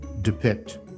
depict